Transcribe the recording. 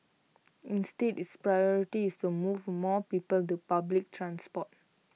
instead its priority is to move more people to public transport